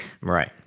Right